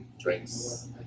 drinks